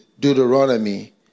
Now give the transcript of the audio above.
Deuteronomy